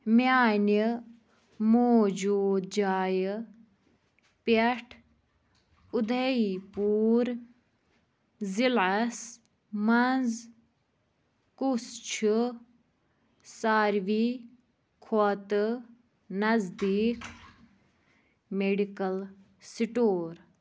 میٛانہِ موٗجوٗد جایہِ پٮ۪ٹھ اُدھے پوٗر ضلعس مَنٛز کُس چھُ ساروی کھۄتہٕ نزدیٖک میٚڈیکل سِٹور